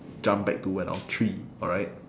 jump back to when I was three alright